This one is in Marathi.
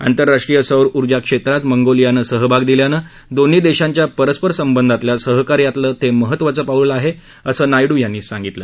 आंतरराष्ट्रीय सौर ऊर्जा क्षेत्रात मंगोलियानं सहभाग दिल्यानं दोन्ही देशांच्या परस्पर संबंधातल्या सहकार्यातलं ते महत्वाचं पाऊल आहे असं नायडू यांनी सांगितलं